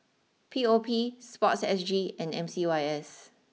P O P Sportsg and M C Y S